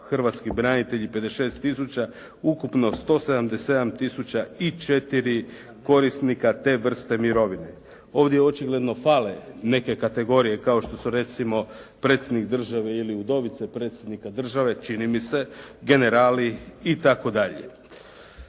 hrvatski branitelji 56000, ukupno 177004 korisnika te vrste mirovine. Ovdje očigledno fale neke kategorije kao što su recimo Predsjednik države ili udovice Predsjednika države čini mi se generali itd.